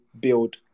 build